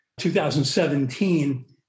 2017